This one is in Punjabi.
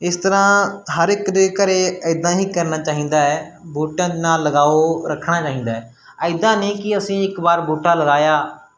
ਇਸ ਤਰ੍ਹਾਂ ਹਰ ਇੱਕ ਦੇ ਘਰ ਇੱਦਾਂ ਹੀ ਕਰਨਾ ਚਾਹੀਦਾ ਹੈ ਬੂਟਿਆਂ ਦੇ ਨਾਲ ਲਗਾਓ ਰੱਖਣਾ ਚਾਹੀਦਾ ਹੈ ਇੱਦਾਂ ਨਹੀਂ ਕਿ ਅਸੀਂ ਇੱਕ ਵਾਰ ਬੂਟਾ ਲਗਾਇਆ